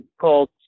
called